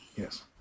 Yes